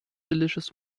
delicious